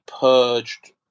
purged